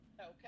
Okay